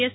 S